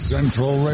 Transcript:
Central